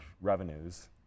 revenues